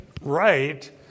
right